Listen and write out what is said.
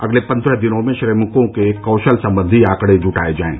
अगले पन्द्रह दिनों में श्रमिकों के कौशल सम्बंधी आंकड़े जुटाए जाएं